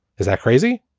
is that crazy?